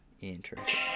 Interesting